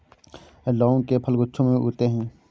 लौंग के फल गुच्छों में उगते हैं